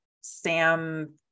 Sam